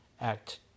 Act